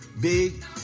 Big